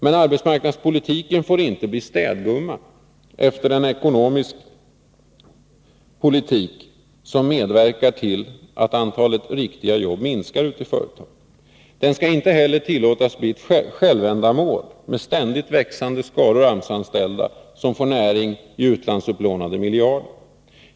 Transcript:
Men arbetsmarknadspolitiken får inte bli ”städgumma” efter en ekonomisk politik som medverkar till att antalet riktiga jobb minskar ute i företagen. Den skall inte heller tillåtas bli ett självändamål med ständigt växande skaror AMS-anställda som får näring i utlandsupplånade miljarder.